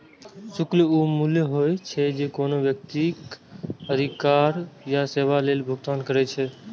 शुल्क ऊ मूल्य होइ छै, जे कोनो व्यक्ति अधिकार या सेवा लेल भुगतान करै छै